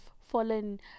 fallen